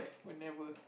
whenever